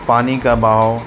پانی کا بہاؤ